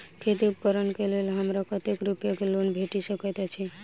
खेती उपकरण केँ लेल हमरा कतेक रूपया केँ लोन भेटि सकैत अछि?